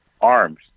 arms